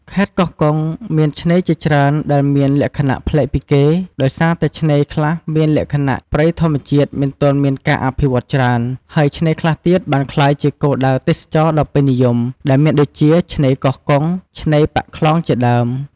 ខេត្តកោះកុងមានឆ្នេរជាច្រើនដែលមានលក្ខណៈប្លែកពីគេ ដោយសារតែឆ្នេរខ្លះមានលក្ខណៈព្រៃធម្មជាតិមិនទាន់មានការអភិវឌ្ឍន៍ច្រើន ហើយឆ្នេរខ្លះទៀតបានក្លាយជាគោលដៅទេសចរណ៍ដ៏ពេញនិយម ដែលមានដូចជា ឆ្នេរកោះកុង ឆ្នេរប៉ាក់ខ្លងជាដើម។